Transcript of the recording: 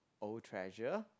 old treasure